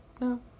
No